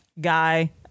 guy